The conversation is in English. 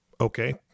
Okay